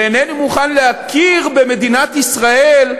ואינני מוכן להכיר במדינת ישראל,